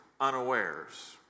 unawares